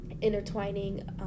intertwining